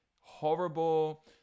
horrible